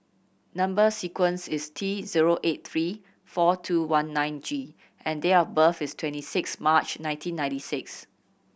number sequence is T zero eight three four two one nine G and date of birth is twenty six March nineteen ninety six